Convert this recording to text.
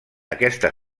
aquesta